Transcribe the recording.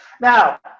now